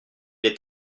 est